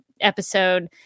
episode